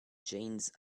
janes